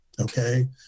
Okay